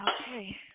Okay